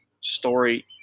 story